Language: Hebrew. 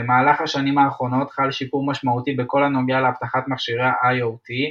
במהלך השנים האחרונות חל שיפור משמעותי בכל הנוגע לאבטחת מכשירי IOT,